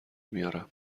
میارم